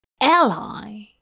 ally